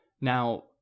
Now